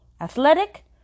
athletic